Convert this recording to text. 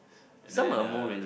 and then uh